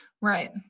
Right